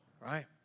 Right